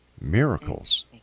miracles